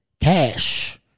Cash